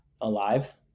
alive